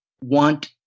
want